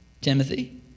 Timothy